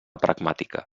pragmàtica